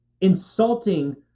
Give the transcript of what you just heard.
insulting